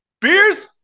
Beers